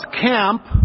camp